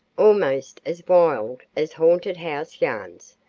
almost as wild as haunted house yarns,